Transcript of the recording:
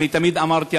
אני תמיד אמרתי,